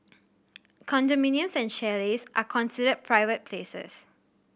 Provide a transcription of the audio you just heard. condominiums and chalets are considered private places